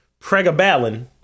Pregabalin